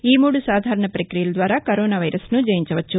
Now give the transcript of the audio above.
ఈ మూడు సాధారణ ప్రక్రియల ద్వారా కరోనా వైరస్ను జయించవచ్చు